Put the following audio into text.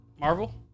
Marvel